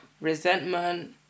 resentment